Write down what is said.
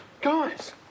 guys